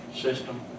system